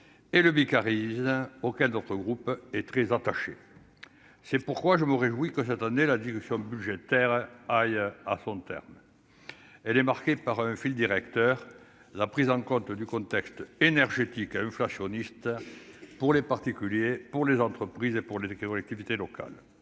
et le BK auquel notre groupe est très attaché, c'est pourquoi je me réjouis que cette année, la discussion budgétaire aille à son terme, elle est marquée par un fil directeur : la prise en compte du contexte énergétique inflationniste pour les particuliers pour les entreprises et pour les acquéreurs, l'activité locale